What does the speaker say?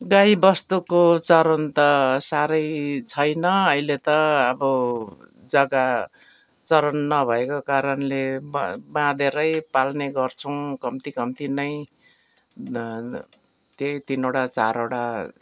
गाई वस्तुको चरन त साह्रै छैन अहिले त अब जग्गा चरन नभएको कारणले बाँ बाँधेरै पाल्ने गर्छौँ कम्ती कम्ती नै त्यही तिनवटा चारवटा